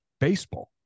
baseball